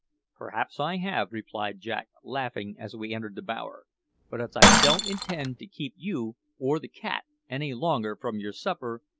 perhaps i have, replied jack, laughing, as we entered the bower but as i don't intend to keep you or the cat any longer from your supper,